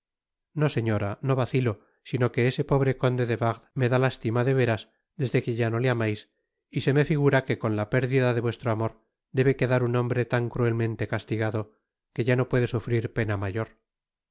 no señora no vacilo sino que ese pobre conde de wardes me da lástima de veras desde que ya no le amais y se me figura que con la pérdida de vuestro amor debe quedar un hombre tan cruelmente castigado que ya no puede sufrir pena mayor